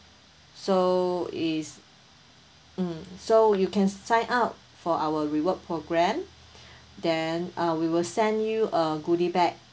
so is mm so you can sign up for our reward program then uh we will send you a goodie bag